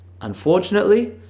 Unfortunately